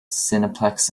cineplex